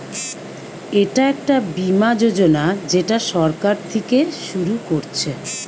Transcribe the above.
এটা একটা বীমা যোজনা যেটা সরকার থিকে শুরু করছে